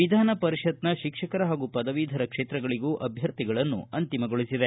ವಿಧಾನಪರಿಷತ್ನ ಶಿಕ್ಷಕರ ಹಾಗು ಪದವೀಧರ ಕ್ಷೇತ್ರಗಳಿಗೂ ಅಭ್ಯರ್ಥಿಗಳನ್ನು ಅಂತಿಮಗೊಳಿಸಿದೆ